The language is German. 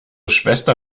schwester